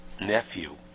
nephew